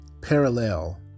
parallel